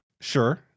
Sure